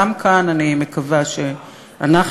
גם כאן אני מקווה שאנחנו,